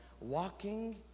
walking